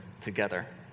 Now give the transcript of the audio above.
together